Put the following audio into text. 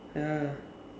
ya